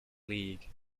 league